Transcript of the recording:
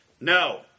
No